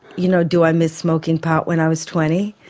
you know do i miss smoking pot when i was twenty?